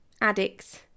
Addicts